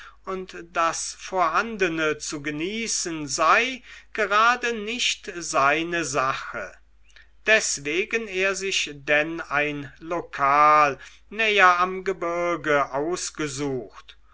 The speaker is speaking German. und das vorhandene zu genießen sei gerade nicht seine sache deswegen er sich denn ein lokal näher am gebirge ausgesucht